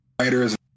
writers